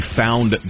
found